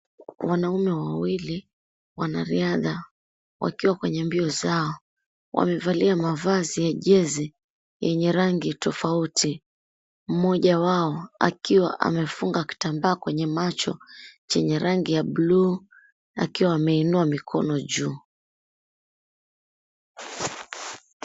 Wanaume wawili, wanariadha, wakiwa kwenye mbio zao, wamevalia mavazi ya jezi yenye rangi tofauti. Mmoja wao akiwa amefunga kitambaa kwenye macho chenye rangi ya bluu akiwa ameinua mikono juu.